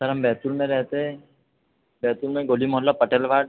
sir हम बैतूल में रहते हैं बैतूल में गोली मोहल्ला पटेल घाट